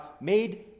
made